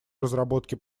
разработке